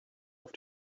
auf